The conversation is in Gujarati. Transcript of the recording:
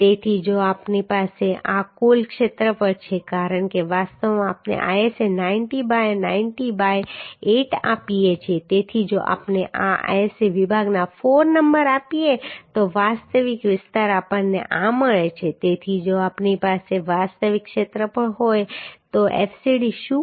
તેથી જો આપણી પાસે આ કુલ ક્ષેત્રફળ છે કારણ કે વાસ્તવમાં આપણે ISA 90 બાય 90 બાય 8 આપીએ છીએ તેથી જો આપણે આ ISA વિભાગના 4 નંબરો આપીએ તો વાસ્તવિક વિસ્તાર આપણને આ મળે છે તેથી જો આપણી પાસે વાસ્તવિક ક્ષેત્રફળ હોય તો fcd શું હશે